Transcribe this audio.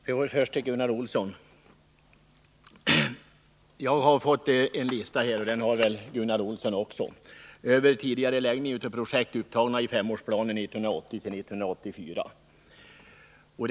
Herr talman! Först till Gunnar Olsson: Jag har fått en lista — jag förmodar att Gunnar Olsson också har fått den — över tidigareläggning av projekt i Värmlands läns landstings femårsplan 1980-1984.